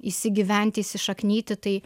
įsigyventi įsišaknyti tai